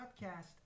podcast